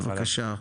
בבקשה.